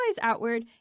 outward